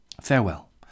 farewell